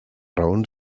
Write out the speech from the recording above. raons